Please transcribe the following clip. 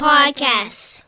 Podcast